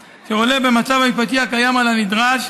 במצב המשפטי הקיים, על הנדרש,